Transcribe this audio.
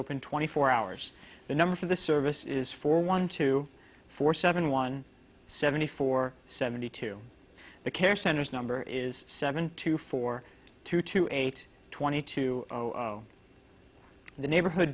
open twenty four hours the number for the service is four one two four seven one seventy four seventy two the care centers number is seven two four two two eight twenty two the neighborhood